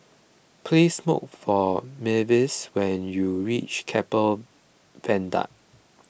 please look for Myles when you reach Keppel Viaduct